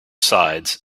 sides